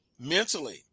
mentally